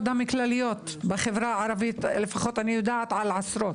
דם כלליות בחברה הערבית אני יודעת לפחות על עשרות